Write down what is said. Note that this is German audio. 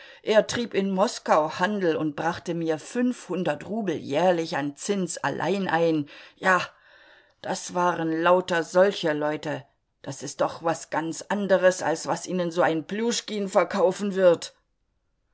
er trieb in moskau handel und brachte mir fünfhundert rubel jährlich an zins allein ein ja das waren lauter solche leute das ist doch was ganz anderes als was ihnen so ein pljuschkin verkaufen wird